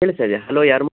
ಕೇಳಿಸ್ತಿದೆಯಾ hello ಯಾರು